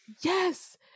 Yes